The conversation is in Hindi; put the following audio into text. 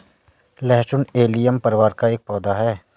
लहसुन एलियम परिवार का एक पौधा है